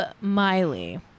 Miley